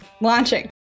launching